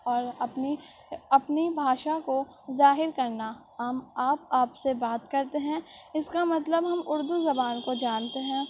اور اپنی اپنی بھاشا کو ظاہر کرنا ہم آپ آپ سے بات کرتے ہیں اس کا مطلب ہم اردو زبان کو جانتے ہیں